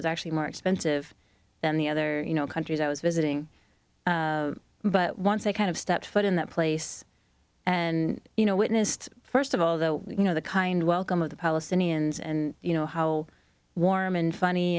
was actually more expensive than the other you know countries i was visiting but once they kind of stepped foot in that place and you know witnessed first of all the you know the kind welcome of the palestinians and you know how warm and funny